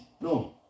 No